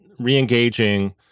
reengaging